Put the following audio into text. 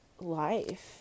life